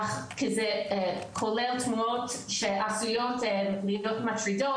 אך כי זה כולל תמונות שעשויות להיות מטרידות,